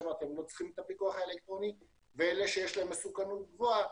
צריכים את הפיקוח האלקטרוני ואלה שיש להם מסוכנות גבוהה